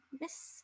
miss